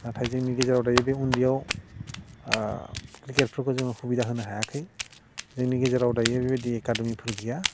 नाथाय जोंनि गेजेराव दायो बे उन्दैयाव क्रिकेटफोरखौ जोङो हुबिदा होनो हायाखै जोंनि गेजेराव दायो बेबादि एकाडेमिफोर गैया